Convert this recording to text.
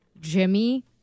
Jimmy